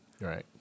Right